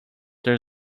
there